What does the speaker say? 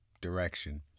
direction